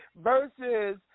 versus